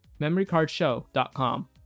MemoryCardShow.com